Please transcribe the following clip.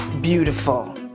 beautiful